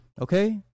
Okay